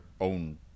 own